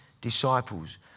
disciples